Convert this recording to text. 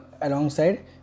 alongside